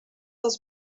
els